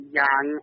young